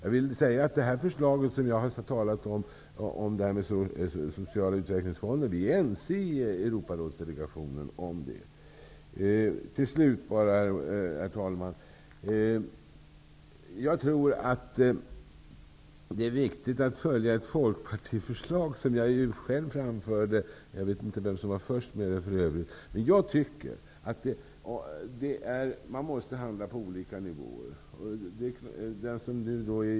I Europarådsdelegationen är vi ense om förslaget om den sociala utvecklingsfonden. Herr talman! Avslutningsvis vill jag säga att det är viktigt att följa ett folkpartiförslag, som jag själv framförde. Jag vet för övrigt inte vem som var först med det. Vi måste handla på olika nivåer.